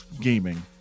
gaming